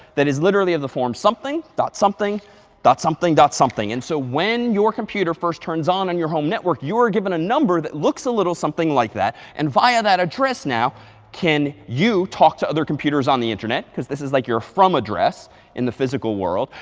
that is literally of the form something dot something dot something dot something. and so when your computer first turns on in your home network, you are given a number that looks a little something like that. and via that address now can you talk to other computers on the internet, because this is like your from address in the physical world,